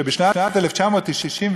שבשנת 1997,